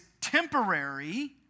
temporary